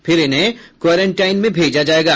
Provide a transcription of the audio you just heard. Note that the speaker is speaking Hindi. फिर इन्हे क्वारंटाइन में भेजा जायेगा